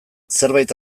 zerbait